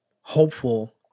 hopeful